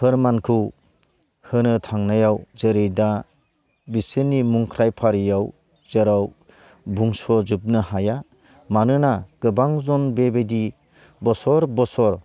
फोरमानखौ होनो थांनायाव जेरै दा बिसोरनि मुंख्रय फारियाव जेराव बुंस' जोबनो हाया मानोना गोबां जन बेबायदि बोसोर बोसोर